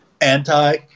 anti